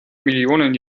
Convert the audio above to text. millionen